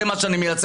זה מה אני מייצג,